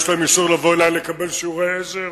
יש להם אישור לבוא אלי לקבל שיעורי עזר,